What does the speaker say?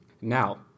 Now